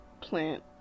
plant